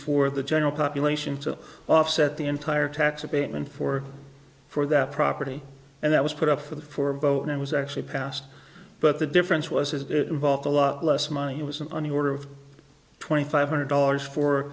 for the general population to offset the entire tax abatement for for that property and that was put up for the four vote i was actually passed but the difference was it involved a lot less money it was in the new order of twenty five hundred dollars for